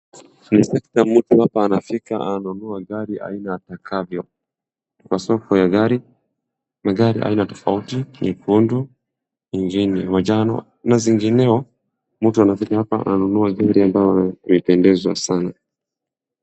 Unapata mtu hapa anafika ananunua gari aina atakavyo. Kwa soko ya gari, magari aina tofauti nyekundu ingine manjano na zingineo, mtu anafika hapa ananunua gari mbayo inampendeza sana.